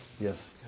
Yes